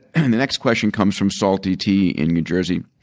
and the next question comes from salty t in new jersey.